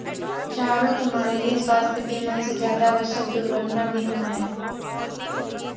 चारु, तुम्हारे लिए स्वास्थ बीमा से ज्यादा आवश्यक दुर्घटना बीमा है